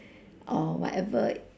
or whatever